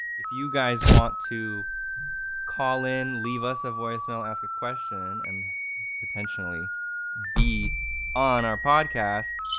if you guys want to call in, leave us a voicemail, ask a question and potentionally be on our podcast,